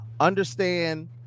Understand